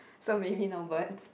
so maybe no birds